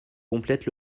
complète